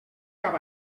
cap